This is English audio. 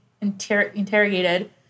interrogated